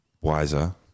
wiser